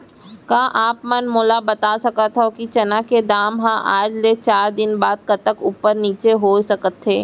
का आप मन मोला बता सकथव कि चना के दाम हा आज ले चार दिन बाद कतका ऊपर नीचे हो सकथे?